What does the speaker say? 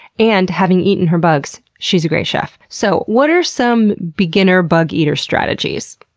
and, having eaten her bugs, she's a great chef. so, what are some beginner bug-eater strategies?